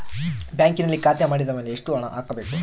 ಬ್ಯಾಂಕಿನಲ್ಲಿ ಖಾತೆ ಮಾಡಿದ ಮೇಲೆ ಎಷ್ಟು ಹಣ ಹಾಕಬೇಕು?